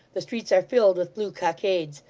the streets are filled with blue cockades.